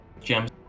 gems